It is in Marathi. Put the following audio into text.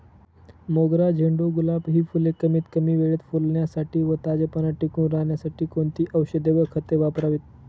मोगरा, झेंडू, गुलाब हि फूले कमीत कमी वेळेत फुलण्यासाठी व ताजेपणा टिकून राहण्यासाठी कोणती औषधे व खते वापरावीत?